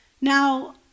Now